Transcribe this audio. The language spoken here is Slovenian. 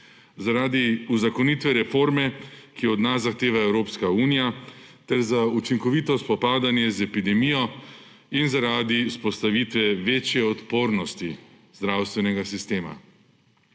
zaradi uzakonitve reforme, ki jo od nas zahteva Evropska unija, ter za učinkovito spopadanje z epidemijo in zaradi vzpostavitve večje odpornosti zdravstvenega sistema.